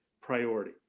priority